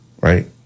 Right